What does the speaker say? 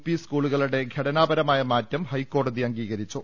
P സ്കൂളുകളുടെ ഘടനാപരമായ മാറ്റം ഹൈക്കോടതി അംഗീകരിച്ചു